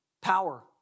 power